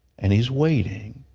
and he is waiting.